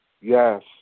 Yes